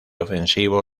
ofensivo